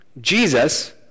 Jesus